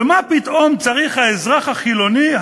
ומה פתאום צריך האזרח החילוני,